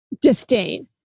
disdain